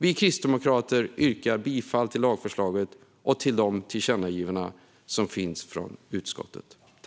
Vi kristdemokrater yrkar bifall till lagförslaget och till de tillkännagivanden som finns från utskottet.